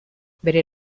bere